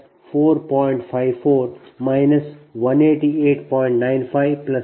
95 185